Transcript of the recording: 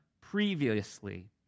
previously